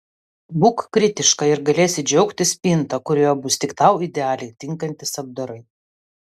būk kritiška ir galėsi džiaugtis spinta kurioje bus tik tau idealiai tinkantys apdarai